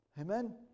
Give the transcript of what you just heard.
Amen